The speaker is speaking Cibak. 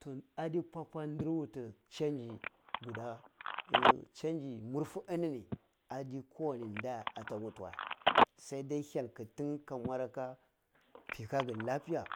To adi paupau ndir wuti change guda uh change murfe enini adi kowani nda a wutiwae sardae hyal kiti tanya ka mur aka mpika ga lafiya,